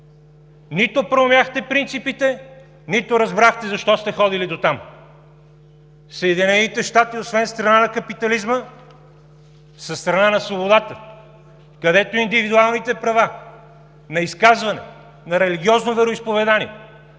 Нито проумяхте принципите, нито разбрахте защо сте ходили дотам. Съединените щати, освен страна на капитализма, са страна на свободата, където индивидуалните права на изказване, на религиозно вероизповедание,